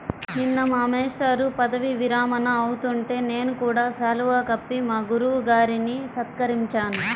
నిన్న మా మేష్టారు పదవీ విరమణ అవుతుంటే నేను కూడా శాలువా కప్పి మా గురువు గారిని సత్కరించాను